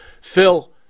phil